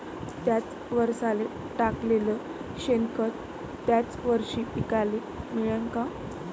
थ्याच वरसाले टाकलेलं शेनखत थ्याच वरशी पिकाले मिळन का?